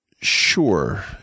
Sure